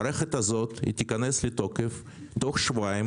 המערכת הזאת תיכנס לתוקף תוך שבועיים,